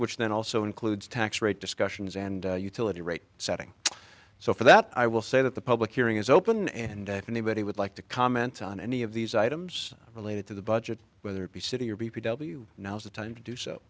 which then also includes tax rate discussions and utility rate setting so for that i will say that the public hearing is open and if anybody would like to comment on any of these items related to the budget whether it be city or b p w now's the time to do so